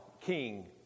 king